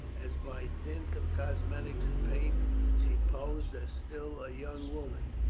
as by dint of cosmetics and paint she posed as still a young woman.